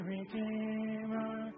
Redeemer